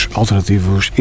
alternativos